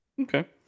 Okay